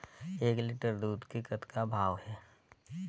एक लिटर दूध के कतका भाव हे?